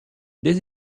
des